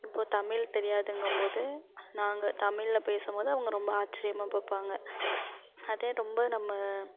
இப்போது தமிழ் தெரியாதுங்கும்போது நாங்கள் தமிழில் பேசும்போது அவங்க ரொம்ப ஆச்சரியமாக பார்ப்பாங்க அதே ரொம்ப நம்ம